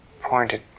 pointed